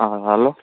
હા હલો